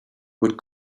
but